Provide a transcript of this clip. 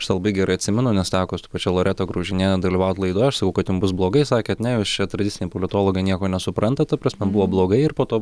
aš tą labai gerai atsimenu nes teko su pačia loreta graužiniene dalyvaut laidoj aš sakau kad jum bus blogai sakė ne jūs čia tradiciniai politologai nieko nesuprantat ta prasme buvo blogai ir po to